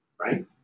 right